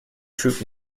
troop